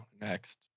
next